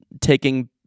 taking